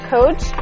Coach